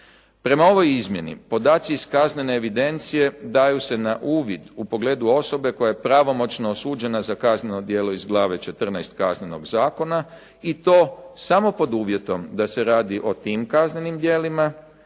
Prema ovoj izmjeni podaci iz kaznene evidencije daju se na uvid u pogledu osobe koja je pravomoćno osuđena za kazneno djelo iz glave 14 Kaznenog zakona i to samo pod uvjetom da se radi o tim kaznenim djelima,